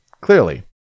clearly